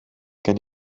gen